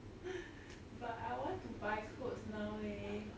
but I want to buy clothes now eh